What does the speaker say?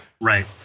right